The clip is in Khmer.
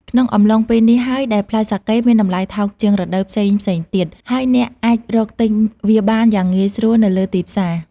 ក្នុងអំឡុងពេលនេះហើយដែលផ្លែសាកេមានតម្លៃថោកជាងរដូវផ្សេងៗទៀត ហើយអ្នកអាចរកទិញវាបានយ៉ាងងាយស្រួលនៅលើទីផ្សារ។